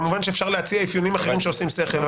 כמובן, אפשר להציע אפיונים אחרים שעושים שכל.